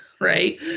right